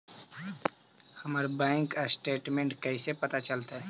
हमर bank statement कैसे पता चलतै?